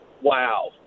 wow